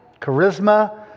charisma